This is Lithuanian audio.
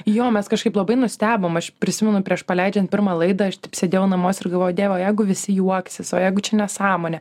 jo mes kažkaip labai nustebom aš prisimenu prieš paleidžiant pirmą laidą aš taip sėdėjau namuose ir galvojau o dieve o jeigu visi juoksis o jeigu čia nesąmonė